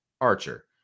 Archer